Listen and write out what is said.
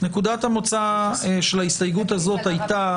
נקודת המוצא של ההסתייגות הזאת הייתה